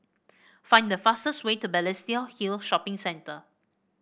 find the fastest way to Balestier Hill Shopping Centre